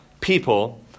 people